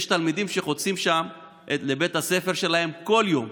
יש תלמידים שחוצים שם לבית הספר שלהם כל יום.